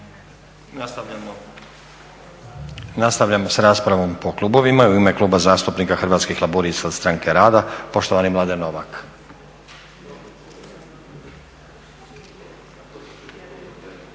Nastavljamo sa raspravom po klubovima. I u ime Kluba zastupnika Hrvatskih laburista, stranke rada poštovani Mladen Novak.